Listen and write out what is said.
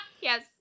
Yes